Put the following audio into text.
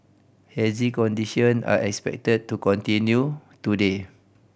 hazy condition are expected to continue today